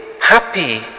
happy